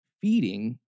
feeding